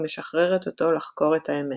ומשחררת אותו לחקור את האמת.